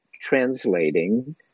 translating